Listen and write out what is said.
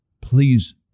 please